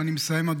אני מסיים,